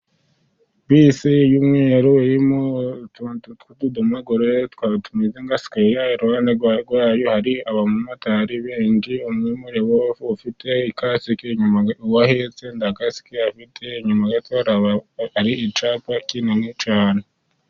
Bisi y'umweru irimo utuntu tw’utudomagure, utuntu tumeze nka sikweya. Iruhande rwayo hari abamotari benshi, umwe muri bo ufite ikasike, uwo ahetse nta kasike afite. Inyuma gato, hari icyapa kinini cyane.